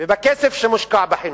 ובכסף שמושקע בחינוך.